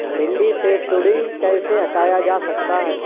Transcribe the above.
भिंडी से सुंडी कैसे हटाया जा सकता है?